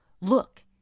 Look